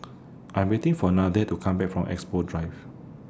I'm waiting For Nathanael to Come Back from Expo Drive